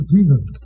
Jesus